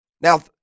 Now